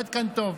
עד כאן טוב.